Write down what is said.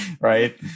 right